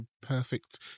Perfect